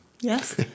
Yes